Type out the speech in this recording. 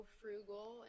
frugal